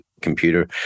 computer